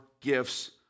gifts